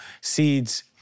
seeds